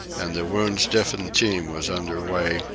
and the wound-stiffened team was under way,